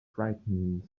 frightening